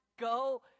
go